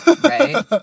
Right